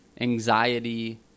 anxiety